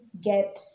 get